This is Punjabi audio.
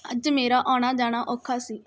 ਅੱਜ ਮੇਰਾ ਆਉਣਾ ਜਾਣਾ ਔਖਾ ਸੀ